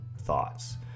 thoughts